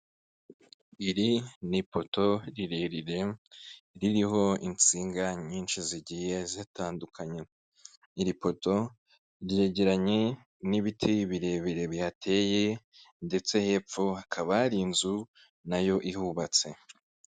Iri ni ipoto rirerire, ririho insinga nyinshi zigiye zitandukanye, iri poto ryegeranye n'ibiti birebire bihateye ndetse hepfo hakaba hari inzu na yo ihubatse.